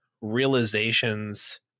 realizations